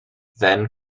then